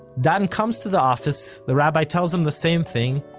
dan comes to the office, the rabbi tells him the same thing,